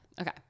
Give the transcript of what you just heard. Okay